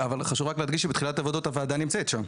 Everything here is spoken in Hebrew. אבל חשוב רק להדגיש שבתחילת עבודות הוועד הנמצאת שם,